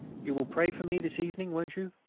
you will pray for me this evening, won't you?